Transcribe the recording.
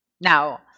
Now